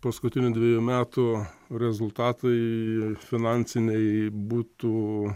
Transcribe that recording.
paskutinių dvejų metų rezultatai finansiniai būtų